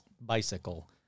Bicycle